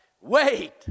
Wait